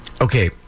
Okay